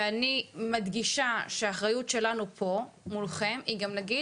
ואני מדגישה שהאחריות שלנו פה מולכם היא גם להגיד